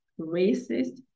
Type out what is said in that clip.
racist